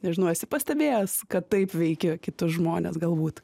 nežinau esi pastebėjęs kad taip veiki kitus žmones galbūt